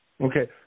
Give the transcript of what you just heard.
Okay